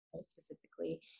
specifically